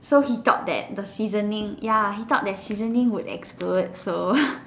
so he thought that the seasoning ya he thought that seasoning would explode so